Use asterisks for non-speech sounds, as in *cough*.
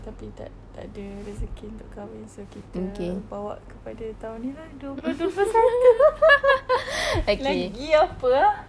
tapi tak tak ada rezeki untuk kahwin so kita bawa kepada tahun ini lah dua puluh dua puluh satu *laughs* lagi apa ah